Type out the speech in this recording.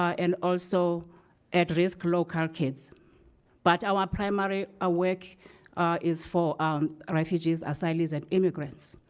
and also at-risk local kids but our primary ah work is for refugees, asylees, and immigrants.